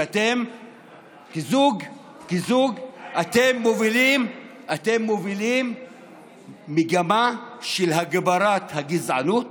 כזוג אתם מובילים מגמה של הגברת הגזענות,